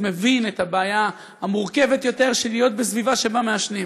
מבין את הבעיה המורכבת יותר של להיות בסביבה שבה מעשנים.